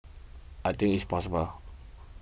I think it's possible